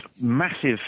massive